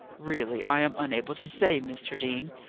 really i am unable to say, mr. dean.